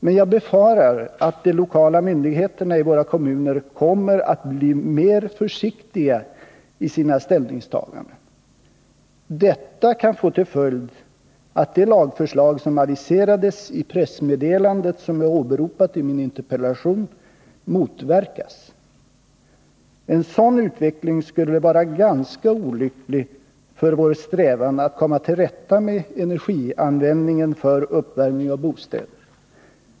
Men jag befarar att de lokala myndigheterna i våra kommuner kommer att bli mer försiktiga i sina ställningstaganden. Detta kan få till följd att det lagförslag som aviserades i pressmeddelandet som jag åberopat i min interpellation motverkas. En sådan utveckling skulle vara ganska olycklig för vår strävan att komma till rätta med energianvändningen för uppvärmning av våra bostäder.